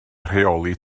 rheoli